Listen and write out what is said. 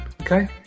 Okay